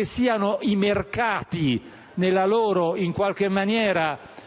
siano i mercati, nella miopia che molte